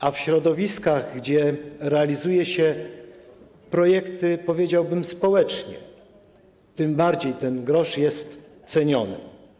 A w środowiskach, w których realizuje się projekty, powiedziałbym, społecznie, tym bardziej ten grosz jest ceniony.